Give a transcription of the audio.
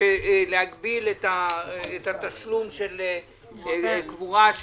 להגביל את התשלום של קבורה.